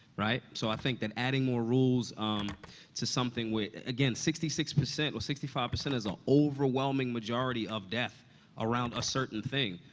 right? so i think that adding more rules um to some thing where again, sixty six percent or sixty five percent is an overwhelming majority of death around a certain thing.